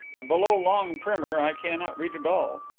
and below long primer i cannot read at all.